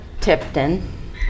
tipton